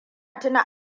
tuna